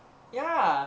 ya